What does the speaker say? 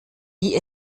wie